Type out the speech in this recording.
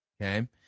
Okay